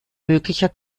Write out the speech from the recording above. möglicher